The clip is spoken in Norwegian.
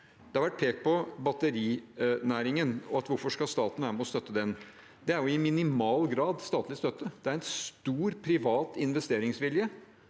Det har vært pekt på batterinæringen, at hvorfor skal staten være med og støtte den? Det er jo i minimal grad statlig støtte. Det er en stor privat investeringsvilje